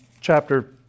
chapter